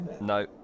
no